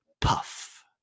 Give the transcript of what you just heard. puff